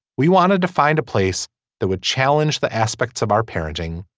we wanted to find a place that would challenge the aspects of our parenting.